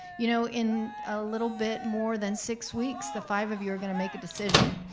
you know, in a little bit more than six weeks, the five of you are gonna make a decision.